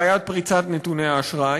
בעיית פריצת נתוני האשראי,